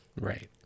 right